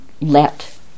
let